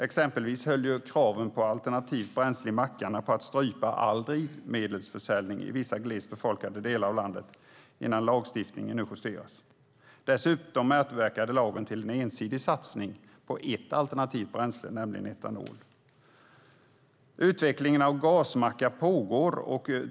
Exempelvis höll kravet på alternativt bränsle i mackarna på att strypa all drivmedelsförsäljning i vissa glest befolkade delar av landet, innan lagstiftningen nu justeras. Dessutom medverkade lagen till en ensidig satsning på ett alternativt bränsle, nämligen etanol. Utvecklingen av gasmackar pågår.